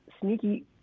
sneaky